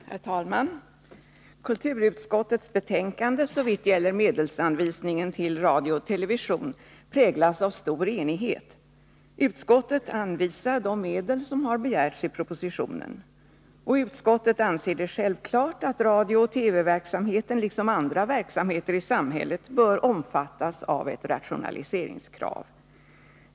Herr talman! Kulturutskottets betänkande såvitt gäller medelsanvisningen till radio och television präglas av stor enighet. Utskottet anvisar de medel som har begärts i propositionen. Utskottet anser det självklart att radiooch TV-verksamheten liksom andra verksamheter i samhället bör omfattas av ett rationaliseringskrav.